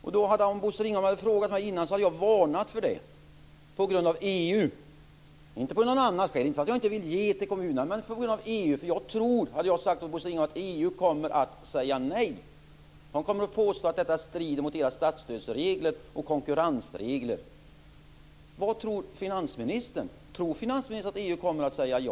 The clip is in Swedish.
Om Bosse Ringholm hade frågat mig innan hade jag varnat för det på grund av EU, inte på grund av något annat skäl för jag vill också ge pengar till kommunerna. Jag har sagt till Bosse Ringholm att jag tror EU kommer att säga nej. Man kommer att påstå att det strider mot EU:s statsstödsregler och konkurrensregler. EU kommer att säga ja?